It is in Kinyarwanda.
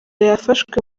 yafashwe